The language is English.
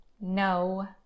No